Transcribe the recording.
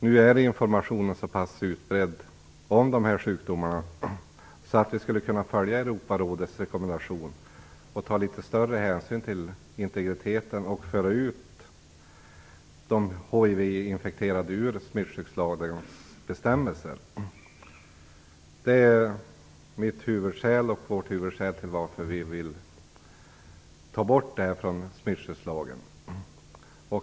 Nu är informationen så pass utbredd om dessa sjukdomar att vi skulle kunna följa Europarådets rekommendation att ta litet större hänsyn till integriteten och därmed föra ut bestämmelser om hiv-infekterade ur smittskyddslagen. Detta är vårt huvudskäl till varför vi vill ta bort dessa bestämmelser från smittskyddslagen.